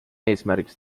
eesmärgiks